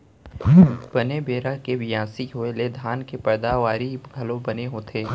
बने बेरा के बियासी होय ले धान के पैदावारी घलौ बने होथे